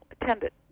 attended